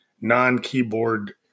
non-keyboard